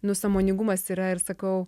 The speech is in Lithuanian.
nu sąmoningumas yra ir sakau